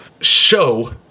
show